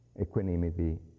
Equanimity